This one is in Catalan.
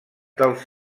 dels